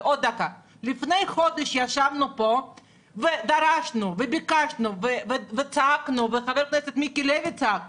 לפני חודש ישבנו פה ודרשנו וביקשנו וצעקנו וחבר הכנסת מיקי לוי צעק,